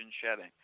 shedding